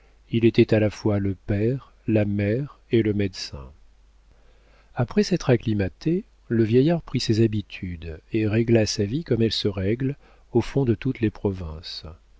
il était à la fois le père la mère et le médecin après s'être acclimaté le vieillard prit ses habitudes et régla sa vie comme elle se règle au fond de toutes les provinces